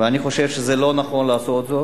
ואני חושב שזה לא נכון לעשות זאת.